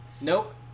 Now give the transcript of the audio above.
nope